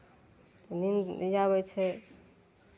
नींद आबै छै